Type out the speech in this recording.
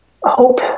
hope